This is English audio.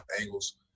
angles